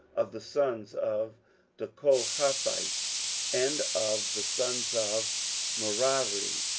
of the sons of the kohathites and of the sons of merari,